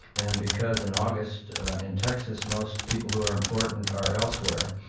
and because in august in texas most people who are important are elsewhere,